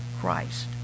Christ